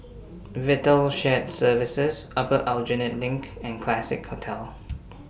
Vital Shared Services Upper Aljunied LINK and Classique Hotel